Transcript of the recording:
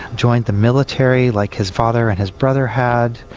joined the military like his father and his brother had,